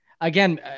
again